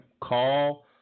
Call